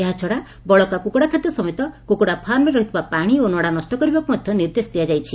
ଏହାଛଡା ବଳକା କୁକୁଡା ଖାଦ୍ୟ ସମେତ କୁକୁଡା ଫାର୍ମରେ ରହିଥିବା ପାଶି ଓ ନଡା ନଷ କରିବାକୁ ମଧ୍ଧ ନିର୍ଦେଶ ଦିଆଯାଇଛି